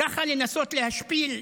ככה לנסות להשפיל?